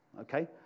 Okay